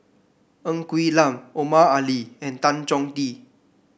Ng Quee Lam Omar Ali and Tan Chong Tee